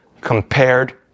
compared